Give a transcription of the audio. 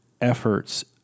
efforts